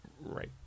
right